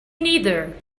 neither